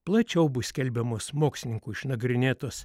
plačiau bus skelbiamos mokslininkų išnagrinėtos